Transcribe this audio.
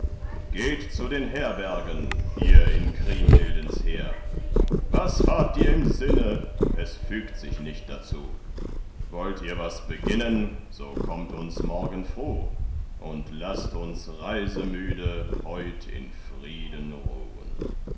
geht zu den herbergen ihr in kriemhildens heer was habt ihr im sinne es fügt sich nicht dazu wollt ihr was beginnen so kommt uns morgen fruh und laßt uns reisemüde heut in frieden ruhn